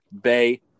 Bay